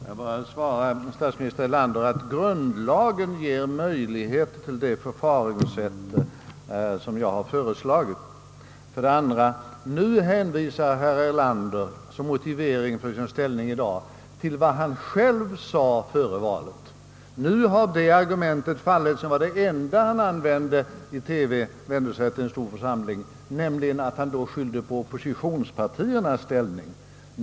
Herr talman! Jag vill svara statsminister Erlander, att grundlagen ger möjlighet till det förfaringssätt som jag har föreslagit. Nu hänvisar herr Erlander som motivering för sin ställning i dag till vad han själv sade före valet. Det argument som var det enda han använde i TV efter valet — där han vände sig till en stor församling — har nu fallit; han skyllde då på oppositionspartiernas ställning.